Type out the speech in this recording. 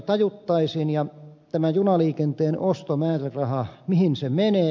ja tämä junaliikenteen ostomääräraha mihin se menee